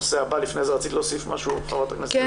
רצית להוסיף משהו, ח"כ ע'דיר?